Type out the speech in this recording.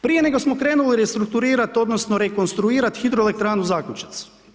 Prije nego smo krenuli restrukturirati, odnosno, rekonstruirati Hidroelektranu Zakučac.